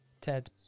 TED